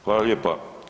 Hvala lijepa.